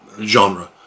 Genre